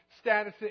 status